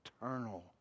eternal